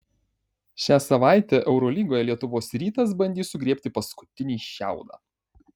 šią savaitę eurolygoje lietuvos rytas bandys sugriebti paskutinį šiaudą